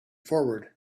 forward